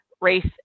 race